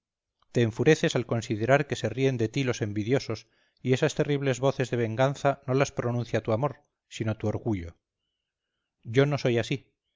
te enfureces al considerar que se ríen de ti los envidiosos y esas terribles voces de venganza no las pronuncia tu amor sino tu orgullo yo no soy así